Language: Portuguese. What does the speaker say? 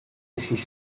esses